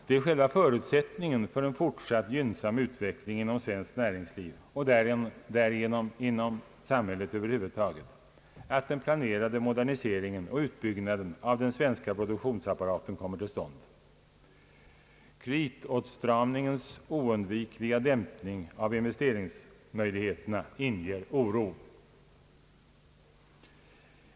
Det är själva förutsättningen för en fortsatt gynnsam = utveckling inom svenskt näringsliv och därmed inom samhället över huvud taget, att den planerade moderniseringen och utbyggnaden av den svenska produktionsapparaten kommer till stånd. Kreditåtstramningens oundvikliga dämpning av investeringsmöjligheterna inger oro.